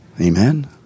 Amen